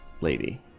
lady